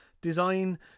design